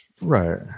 right